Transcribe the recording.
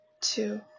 Two